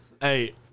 Hey